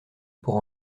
pour